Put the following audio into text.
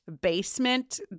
basement